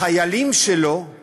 החיילים שלו הם